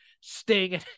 Sting